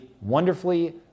wonderfully